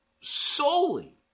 solely